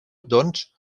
doncs